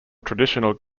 traditional